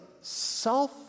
self